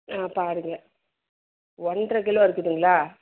ஆ பாருங்க ஒன்றரை கிலோ இருக்குதுங்களா